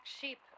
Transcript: sheep